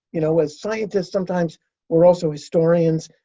you know, as scientists, sometimes we're also historians.